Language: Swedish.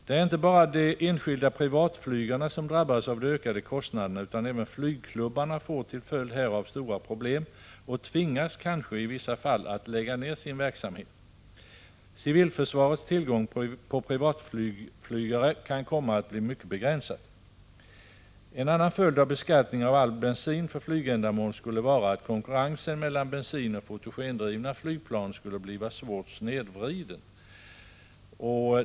Det är inte bara de enskilda privatflygarna som drabbas av de ökade kostnaderna, utan även flygklubbarna får till följd härav stora problem och tvingas kanske i vissa fall att lägga ned verksamheten. Civilförsvarets tillgång på privatflygare kan komma att bli mycket begränsad. En annan följd av beskattning av all bensin för flygändamål skulle vara att konkurrensen mellan bensinoch fotogendrivna flygplan skulle bli svårt snedvriden.